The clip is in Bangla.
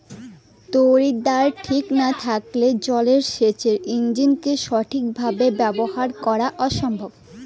তড়িৎদ্বার ঠিক না থাকলে জল সেচের ইণ্জিনকে সঠিক ভাবে ব্যবহার করা অসম্ভব